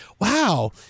Wow